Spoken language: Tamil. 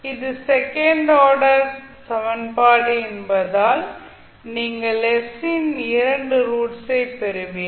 இது செகண்ட் ஆர்டர் சமன்பாடு என்பதால் நீங்கள் s இன் இரண்டு ரூட்ஸ் ஐ பெறுவீர்கள்